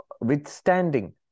withstanding